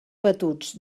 batuts